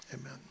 Amen